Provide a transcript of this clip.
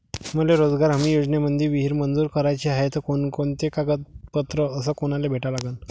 मले रोजगार हमी योजनेमंदी विहीर मंजूर कराची हाये त कोनकोनते कागदपत्र अस कोनाले भेटा लागन?